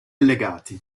legati